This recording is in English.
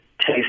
taste